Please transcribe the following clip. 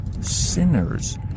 sinners